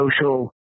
social